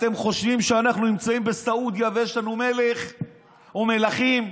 אתם חושבים שאנחנו נמצאים בסעודיה ויש לנו מלך או מלכים.